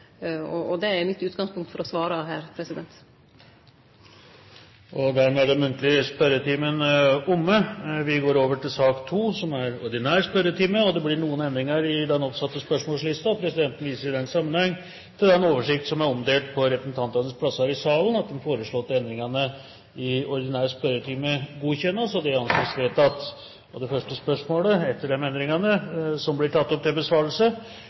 Det er mitt utgangspunkt for å svare her. Dermed er den muntlige spørretimen omme. Det er noen endringer i den oppsatte spørsmålslisten. Presidenten viser i den sammenheng til den oversikt som er omdelt på representantenes plasser i salen. De foreslåtte endringene i den ordinære spørretimen foreslås godkjent. – Det anses vedtatt. Endringene var som følger: Spørsmål 6, fra representanten Hans Olav Syversen til utenriksministeren, blir